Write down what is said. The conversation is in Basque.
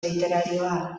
literarioa